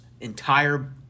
entire